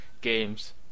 games